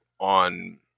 on